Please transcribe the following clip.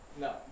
no